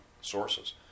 sources